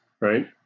right